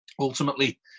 ultimately